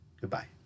Goodbye